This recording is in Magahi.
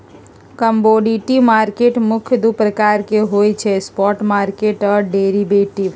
कमोडिटी मार्केट मुख्य दु प्रकार के होइ छइ स्पॉट मार्केट आऽ डेरिवेटिव